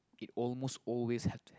it almost always had to